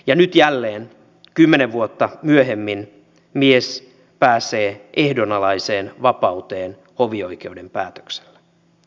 ja nyt jälleen kymmenen vuotta myöhemmin mies pääsee ehdonalaiseen vapauteen hovioikeuden päätöksellä